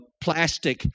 plastic